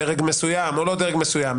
דרג מסוים או לא דרג מסוים,